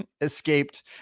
escaped